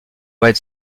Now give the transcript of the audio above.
red